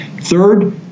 third